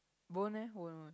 won't eh